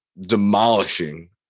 demolishing